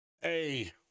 Hey